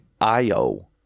Io